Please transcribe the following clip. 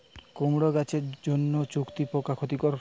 কুমড়ো গাছের জন্য চুঙ্গি পোকা ক্ষতিকর?